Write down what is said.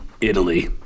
Italy